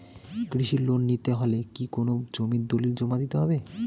কৃষি লোন নিতে হলে কি কোনো জমির দলিল জমা দিতে হবে?